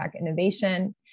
innovation